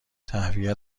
تهویه